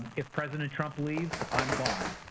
if president trump leaves, i'm gone.